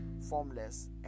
formless